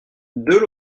deux